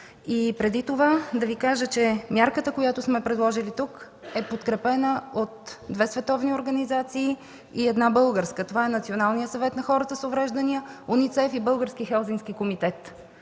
и преди това да Ви кажа, че мярката, която сме предложили, е подкрепена от две световни организации и една българска – Националният съвет на хората с увреждания, УНИЦЕФ и Българският хелзинкски комитет.